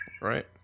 Right